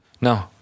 No